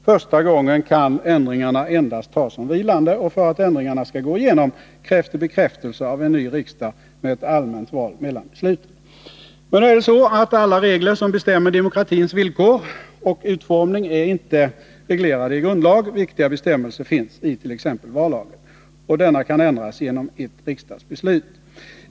Första gången kan ändringarna endast tas som vilande, och för att ändringarna skall gå igenom krävs det bekräftelse av en ny riksdag med ett allmänt val mellan besluten. Nu är det så att alla regler som bestämmer demokratins villkor och utformning inte är reglerade i grundlag. Viktiga bestämmelser finns i t.ex. vallagen. Denna kan ändras genom ett riksdagsbeslut.